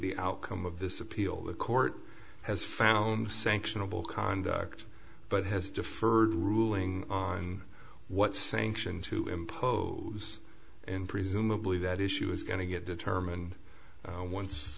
the outcome of this appeal the court has found sanctionable conduct but has deferred ruling on what sanction to impose and presumably that issue is going to get determined once